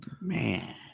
man